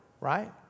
right